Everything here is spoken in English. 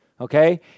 Okay